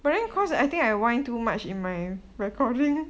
but then because I think I want too much in my recording